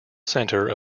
center